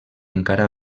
encara